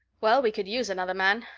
well, we could use another man.